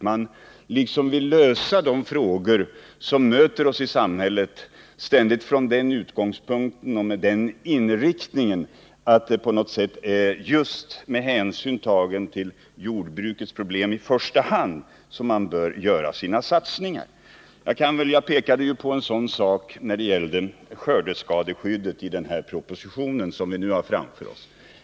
Man vill liksom ständigt lösa de problem som möter oss i samhället från den utgångspunkten och med den inriktningen, att det i första hand är med hänsyn till jordbrukets problem som man vill göra sina satsningar. Jag pekade på en sådan sak när det gäller det föreslagna skördeskadeskyddet i den proposition som vi nu har framför oss.